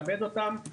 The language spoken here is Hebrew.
לעבד אותם.